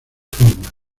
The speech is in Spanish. formas